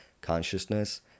consciousness